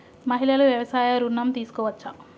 మహిళలు వ్యవసాయ ఋణం తీసుకోవచ్చా?